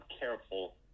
careful